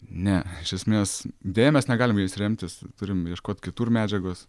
ne iš esmės deja mes negalim jais remtis turim ieškot kitur medžiagos